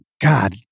God